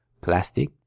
plastic